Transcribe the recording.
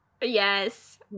yes